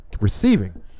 receiving